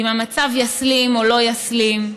אם המצב יסלים או לא יסלים,